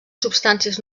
substàncies